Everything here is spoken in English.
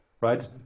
right